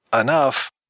enough